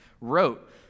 wrote